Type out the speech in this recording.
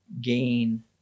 gain